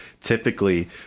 typically